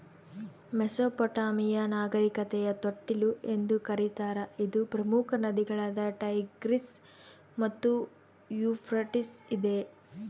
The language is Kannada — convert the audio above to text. ಮೆಸೊಪಟ್ಯಾಮಿಯಾ ನಾಗರಿಕತೆಯ ತೊಟ್ಟಿಲು ಎಂದು ಕರೀತಾರ ಇದು ಪ್ರಮುಖ ನದಿಗಳಾದ ಟೈಗ್ರಿಸ್ ಮತ್ತು ಯೂಫ್ರಟಿಸ್ ಇದೆ